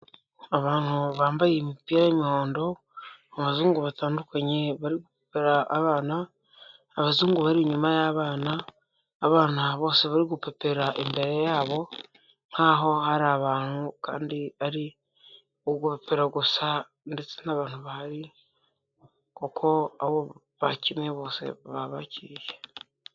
Abantu bambaye imipira y'umuhondo, abazungu batandukanye bari guhobera abana, abazungu bari inyuma y'abana, abana bose bari gupepera imbere yabo, nk'aho hari abantu, kandi ari ugupepera gusa, ndetse nta bantu bahari, kuko abo bakeneye bose babakiriye.